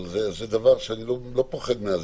אבל זה דבר שאני לא פוחד ממנו.